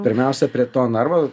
pirmiausia prie to narvo